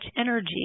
energy